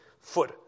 foot